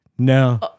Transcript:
No